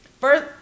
first